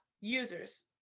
users